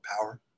power